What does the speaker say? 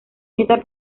esta